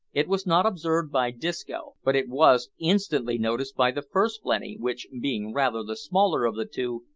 it was not observed by disco, but it was instantly noticed by the first blenny, which, being rather the smaller of the two,